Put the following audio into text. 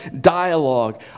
dialogue